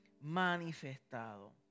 manifestado